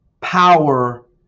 power